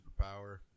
superpower